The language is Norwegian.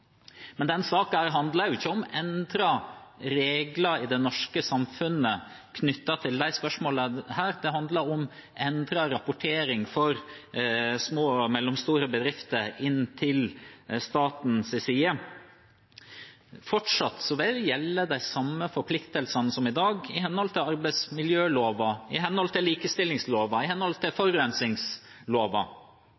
Men denne saken handler ikke om endrete regler i det norske samfunnet knyttet til disse spørsmålene. Det handler om endret rapportering for små og mellomstore bedrifter inn til statens side. Fortsatt vil de samme forpliktelsene som i dag, i henhold til arbeidsmiljøloven, likestillingsloven og forurensningsloven, gjelde. Små og mellomstore bedrifter er, slik som andre bedrifter og andre aktører i det norske samfunnet, selvsagt forpliktet til